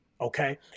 okay